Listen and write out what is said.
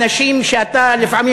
אנשים שאתה לפעמים,